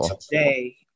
today